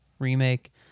remake